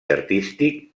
artístic